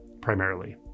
primarily